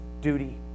duty